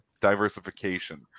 diversification